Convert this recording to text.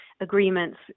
agreements